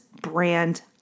brand